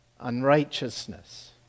unrighteousness